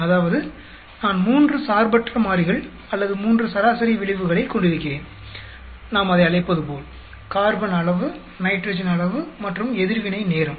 அதாவது நான் மூன்று சார்பற்ற மாறிகள் அல்லது மூன்று சராசரி விளைவுகளைக் கொண்டிருக்கிறேன் நாம் அதை அழைப்பதைப்போல் கார்பன் அளவு நைட்ரஜன் அளவு மற்றும் எதிர்வினை நேரம்